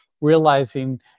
realizing